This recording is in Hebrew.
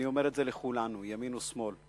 אני אומר את זה לכולנו, ימין ושמאל: